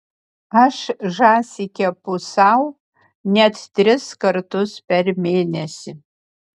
aš žąsį kepu sau net tris kartus per mėnesį